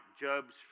Job's